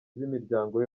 z’imiryango